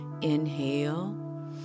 Inhale